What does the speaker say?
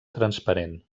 transparent